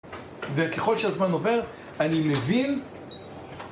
וככל שהזמן עובר, אני מבין...